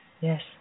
Yes